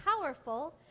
powerful